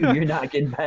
you're not getting past